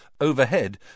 Overhead